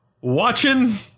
watching